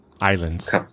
islands